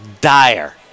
dire